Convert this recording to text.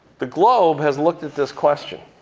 the globe has looked at this question.